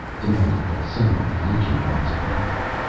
demanded the son of the ancient ones abruptly.